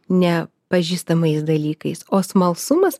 ne pažįstamais dalykais o smalsumas